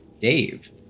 dave